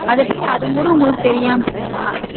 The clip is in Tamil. அது எப்படி அது கூட உங்களுக்கு தெரியாமல் போகுமா